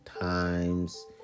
times